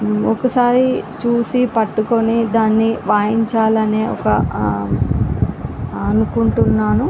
ఒకసారి చూసి పట్టుకొని దాన్ని వాయించాలి అనే ఒక అనుకుంటున్నాను